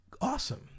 awesome